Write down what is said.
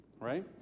right